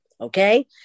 Okay